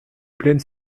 pleine